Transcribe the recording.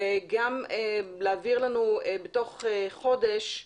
וגם להעביר לנו בתוך חודש,